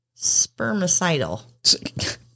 spermicidal